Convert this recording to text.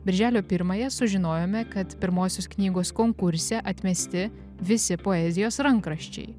birželio pirmąją sužinojome kad pirmosios knygos konkurse atmesti visi poezijos rankraščiai